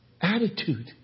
attitude